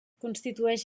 constitueix